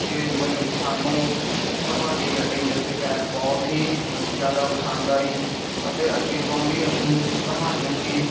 ਕਿ ਮੈ ਸਾਨੂੰ ਤੁਹਾਡੀ ਗੱਡੀ ਦਾ ਅਤੇ ਕੈਬ ਬਹੁਤ ਹੀ ਜ਼ਿਆਦਾ ਪਸੰਦ ਆਈ ਅਤੇ ਅੱਗੇ ਤੋਂ ਵੀ ਅਸੀਂ ਤੁਹਾਨੂੰ ਹੀ